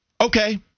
okay